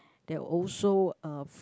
they're also uh